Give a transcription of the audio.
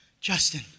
Justin